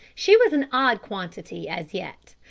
she was an odd quantity, as yet.